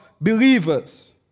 believers